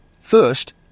First